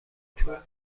تور